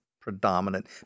predominant